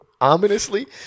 ominously